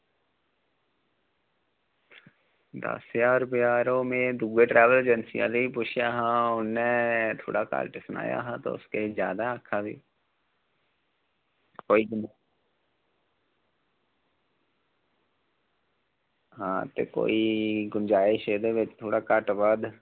दस्स ज्हार रपेआ ते में दूए ट्रैवल एजेंसी आह्लें गी पुच्छेआ हा उ'न्ने थोह्ड़ा घट्ट सनाया हा ते तुस किश जैदा आक्खा दे ओ कोई गल्ल निं ते कोई गुंजाइश एह्दे बिच कोई घट्ट बद्ध